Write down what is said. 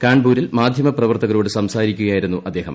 കാൺപൂരിൽ മാധ്യമ പ്രവർത്തകരോട് സംസാരിക്കുകയായിരുന്നു അദ്ദേഹം